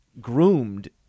groomed